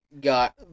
got